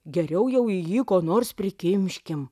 geriau jau į jį ko nors prikimškim